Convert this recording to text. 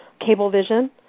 CableVision